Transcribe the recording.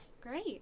Great